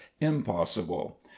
impossible